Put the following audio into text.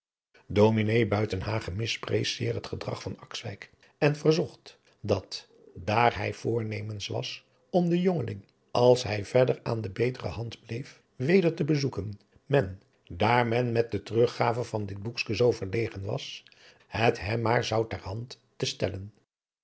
buitenhagen misprees zeer het gedrag van akswijk en verzocht dat daar hij voornemens was om den jongeling als hij verder aan de betere hand bleef weder te bezoeken men daar men met de teruggave van dit boekske zoo verlegen was het hem maar zou ter hand te stellen